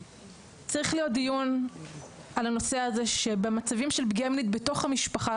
צריך להיות דיון על הנושא הזה שבמצבים של פגיעה מינית בתוך המשפחה,